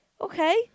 Okay